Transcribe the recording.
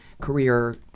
career